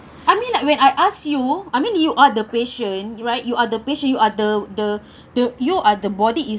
I mean like when I ask you I mean you are the patient right you are the patient you are the the the you are the body is